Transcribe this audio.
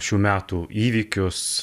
šių metų įvykius